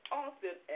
often